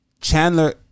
Chandler